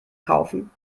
kaufen